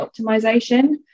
optimization